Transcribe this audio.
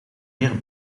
meer